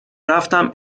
رفتم